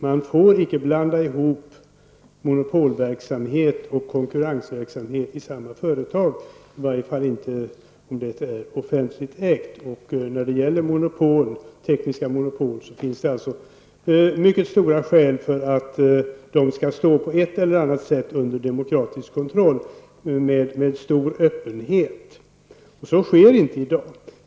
Man får icke blanda ihop monopolverksamhet och konkurrensverksamhet i samma företag, i varje fall inte om det är offentligägt. När det gäller tekniska monopol finns det mycket starka skäl för att de skall stå på ett eller annat sätt under demokratisk kontroll och skall verka med stor öppenhet. Så sker inte i dag.